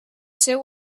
seu